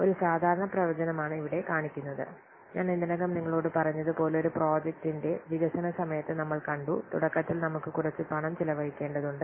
ഒരു സാധാരണ പ്രവചനം ആണ് ഇവിടെ കാണിക്കുന്നത് ഞാൻ ഇതിനകം നിങ്ങളോട് പറഞ്ഞതുപോലെ ഒരു പ്രോജക്റ്റിന്റെ വികസന സമയത്ത് നമ്മൾ കണ്ടു തുടക്കത്തിൽ നമുക്ക് കുറച്ച് പണം ചിലവഴിക്കേണ്ടതുണ്ട്